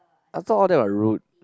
I felt all that were rude